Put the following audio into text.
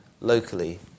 locally